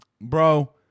Bro